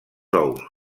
ous